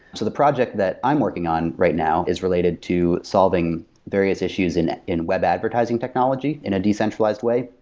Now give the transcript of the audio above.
so the project that i'm working on right now is related to solving various issues in in web advertisement technology in a decentralized way.